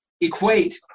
equate